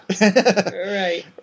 Right